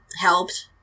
helped